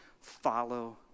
Follow